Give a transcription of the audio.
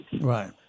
Right